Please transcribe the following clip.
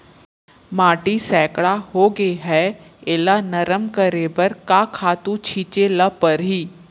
माटी सैकड़ा होगे है एला नरम करे बर का खातू छिंचे ल परहि?